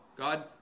God